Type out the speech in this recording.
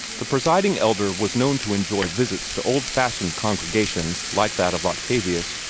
the presiding elder was known to enjoy visits to old-fashioned congregations like that of octavius,